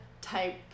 type